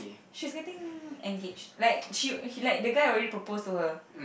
she's getting engaged like the guy already proposed to her